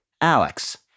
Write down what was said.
Alex